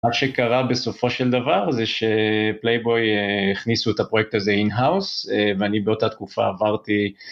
מה שקרה בסופו של דבר זה שפלייבוי הכניסו את הפרויקט הזה אין-האוס ואני באותה תקופה עברתי...